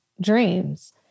dreams